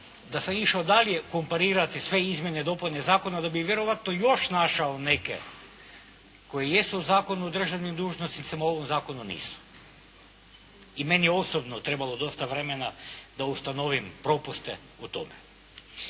da sam išao dalje komparirati sve izmjene i dopune zakona da bi vjerojatno još našao neke koji jesu u Zakonu o državnim dužnosnicima, a u ovom zakonu nisu. I meni je osobno trebalo dosta vremena da ustanovim propuste u tome.